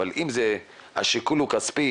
אבל אם השיקול הוא כספי,